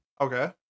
Okay